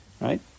right